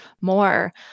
more